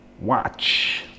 watch